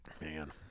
Man